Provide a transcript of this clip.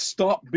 Stop